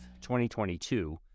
2022